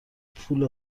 پول